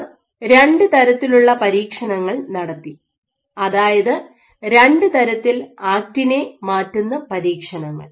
അവർ രണ്ട് തരത്തിലുള്ള പരീക്ഷണങ്ങൾ നടത്തി അതായത് രണ്ട് തരത്തിൽ ആക്റ്റിനെ മാറ്റുന്ന പരീക്ഷണങ്ങൾ